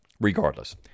regardless